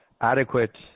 adequate